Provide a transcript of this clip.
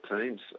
teams